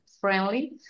friendly